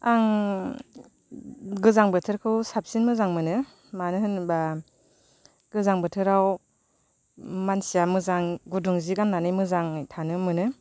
आं गोजां बोथोरखौ साबसिन मोजां मोनो मानो होनोबा गोजां बोथोराव मानसिया मोजां गुदुं सि गाननानै मोजाङै थानो मोनो